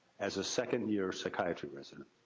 as a second year psychiatry resident.